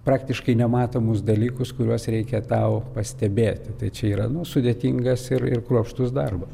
praktiškai nematomus dalykus kuriuos reikia tau pastebėti tai čia yra sudėtingas ir ir kruopštus darbas